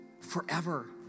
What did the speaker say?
forever